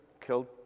killed